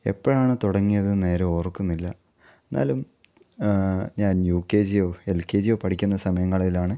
എപ്പോഴാണ് തുടങ്ങിയത് നേരെ ഓർക്കുന്നില്ല എന്നാലും ഞാൻ യു കെ ജിയോ എൽ കെ ജിയോ പഠിക്കുന്ന സമയങ്ങളിലാണ്